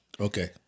Okay